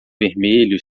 vermelho